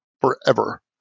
forever